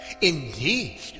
Indeed